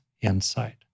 insight